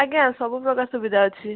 ଆଜ୍ଞା ସବୁପ୍ରକାର ସୁବିଧା ଅଛି